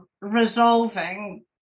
resolving